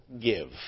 give